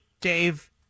Dave